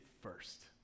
first